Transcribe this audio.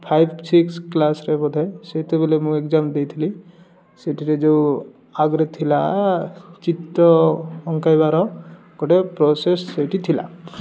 five six କ୍ଲାସରେ ବୋଧେ ସେତେବେଲେ ମୁଁ ଏକ୍ଜାମ ଦେଇଥିଲି ସେଠରେ ଯେଉଁ ଆଗ୍ରେ ଥିଲା ଚିତ୍ର ଅଙ୍କାଇବାର ଗୋଟେ ପ୍ରୋସେସ ସେଇଠି ଥିଲା